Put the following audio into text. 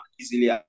easily